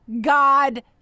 God